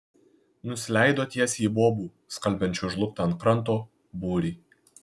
nusileido tiesiai į bobų skalbiančių žlugtą ant kranto būrį